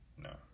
no